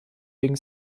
wegen